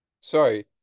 Sorry